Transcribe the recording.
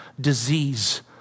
disease